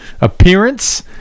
appearance